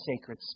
sacred